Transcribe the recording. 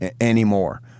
anymore